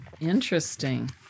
interesting